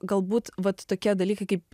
galbūt vat tokie dalykai kaip